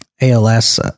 ALS